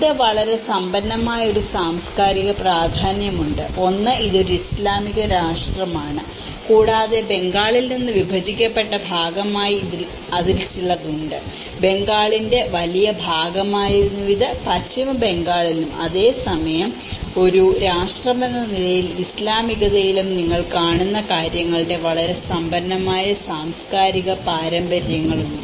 ഇതിന് വളരെ സമ്പന്നമായ ഒരു സാംസ്കാരിക പ്രാധാന്യമുണ്ട് ഒന്ന് ഇതൊരു ഇസ്ലാമിക രാഷ്ട്രമാണ് കൂടാതെ ബംഗാളിൽ നിന്ന് വിഭജിക്കപ്പെട്ടതിനാൽ ഭാഗികമായി അതിന് ചിലത് ഉണ്ട് ബംഗാളിന്റെ വലിയ ഭാഗം ആയിരുന്നു ഇത് പശ്ചിമ ബംഗാളിലും അതേ സമയം ഒരു രാഷ്ട്രമെന്ന നിലയിൽ ഇസ്ലാമികതയിലും നിങ്ങൾ കാണുന്ന കാര്യങ്ങളുടെ വളരെ സമ്പന്നമായ സാംസ്കാരിക പാരമ്പര്യങ്ങളുണ്ട്